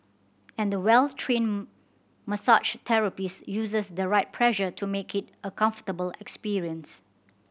and the well trained massage therapist uses the right pressure to make it a comfortable experience